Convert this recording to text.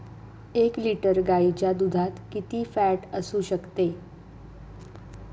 एक लिटर गाईच्या दुधात किती फॅट असू शकते?